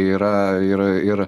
yra yra ir